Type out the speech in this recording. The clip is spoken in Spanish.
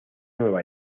nueva